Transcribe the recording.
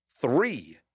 three